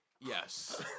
Yes